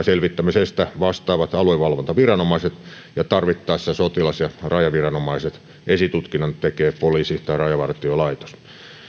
selvittämisestä vastaavat aluevalvontaviranomaiset ja tarvittaessa sotilas ja rajaviranomaiset esitutkinnan tekee poliisi tai rajavartiolaitos